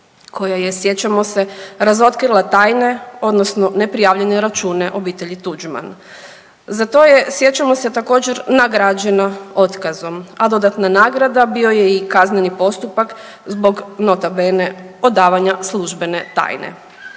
koja je sjećamo se razotkrila tajne odnosno neprijavljene račune obitelji Tuđman. Za to je sjećamo se također nagrađena otkazom a dodatna nagrada bio je i kazneni postupak zbog nota bene odavanja službene tajne.